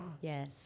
yes